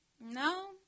No